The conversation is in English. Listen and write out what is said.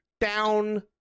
down